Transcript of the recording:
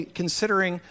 considering